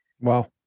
Wow